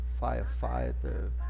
firefighter